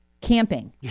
Camping